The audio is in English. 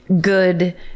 good